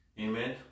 amen